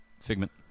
Figment